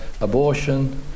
abortion